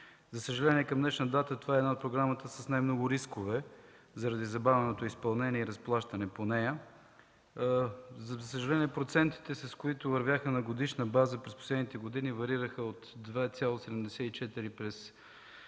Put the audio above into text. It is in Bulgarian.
За съжаление, към днешна дата това е една от програмите с най-много рискове заради забавеното й изпълнение и разплащане по нея. Процентите, които вървяха на годишна база пред последните години, варираха от 2,84 през